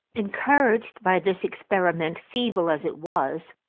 encouraged by this experiment feeble as it was,